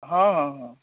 ହଁ ହଁ ହଁ